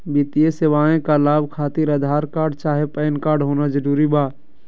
वित्तीय सेवाएं का लाभ खातिर आधार कार्ड चाहे पैन कार्ड होना जरूरी बा?